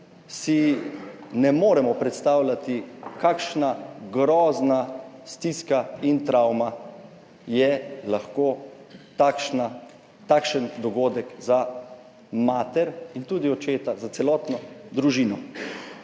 si ne moremo predstavljati, kakšna grozna stiska in travma je lahko takšen dogodek za mater in tudi očeta, za celotno družino.